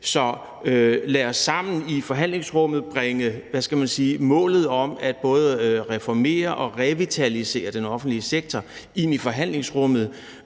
Så lad os sammen bringe målet om både at reformere og revitalisere den offentlige sektor ind i forhandlingsrummet.